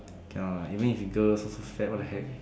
ya even if girls so shag what the heck